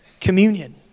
communion